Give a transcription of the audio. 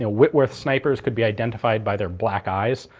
ah whitworth snipers could be identified by their black eyes,